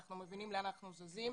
אנחנו מבינים לאן אנחנו זזים.